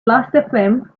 lastfm